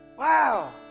Wow